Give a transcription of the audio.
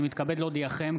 אני מתכבד להודיעכם,